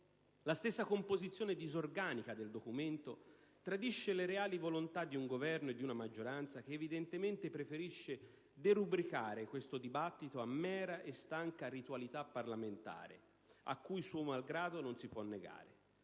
La stessa composizione disorganica del documento tradisce le reali volontà di un Governo e di una maggioranza, che evidentemente preferiscono derubricare questo dibattito a mera e stanca ritualità parlamentare, a cui loro malgrado non si possono negare.